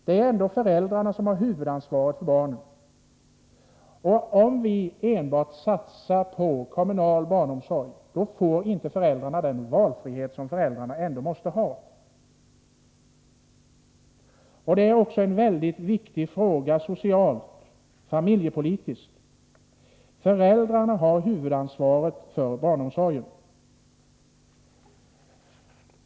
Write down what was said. Det är ändå föräldrarna som har huvudansvaret för barnen. Om vi enbart satsar på kommunal barnomsorg får inte föräldrarna den valfrihet som man måste ha. Detta är också en mycket viktig social och familjepolitisk fråga. Föräldrarna har huvudansvaret för barnomsorgen.